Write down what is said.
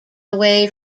away